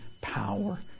power